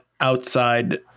outside